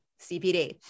CPD